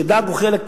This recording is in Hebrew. כשדג הוא חלק